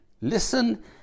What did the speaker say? listen